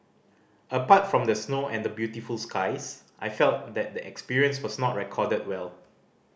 apart from the snow and the beautiful skies I felt that the experience was not recorded well